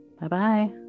Bye-bye